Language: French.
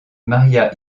maría